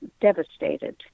devastated